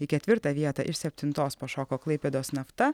į ketvirtą vietą iš septintos pašoko klaipėdos nafta